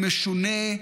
המשונה,